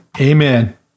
Amen